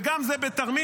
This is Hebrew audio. וגם זה בתרמית,